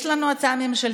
יש לנו הצעה ממשלתית,